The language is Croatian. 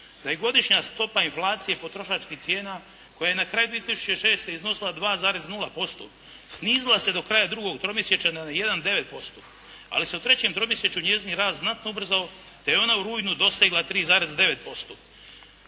da je godišnja stopa inflacije potrošačkih cijena koja je na kraju 2006. iznosila 2,0% snizila se do kraja drugog tromjesječja na 1,9%, ali se u trećem tromjesečju njezini rast znatno ubrzao te je ona u rujnu dosegla 3,9%.